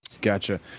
gotcha